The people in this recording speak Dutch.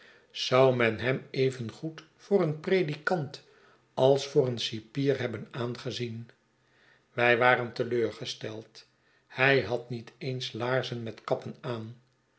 zou men hem even goed voor een predikant als voor een cipier hebben aangezien wij waren teleurgesteld hij had niet eens laarzen met kappen aan